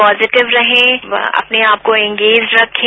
positive रहें और अपने आपको इंगेज रखें